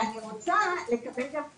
ואני רוצה לקבל גם תקצוב,